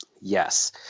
Yes